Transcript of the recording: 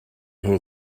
nhw